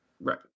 Right